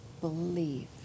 believe